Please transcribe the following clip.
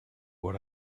what